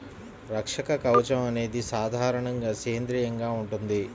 రక్షక కవచం అనేది సాధారణంగా సేంద్రీయంగా ఉంటుంది